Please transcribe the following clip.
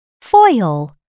foil